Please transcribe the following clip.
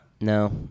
no